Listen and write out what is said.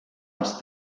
les